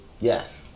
Yes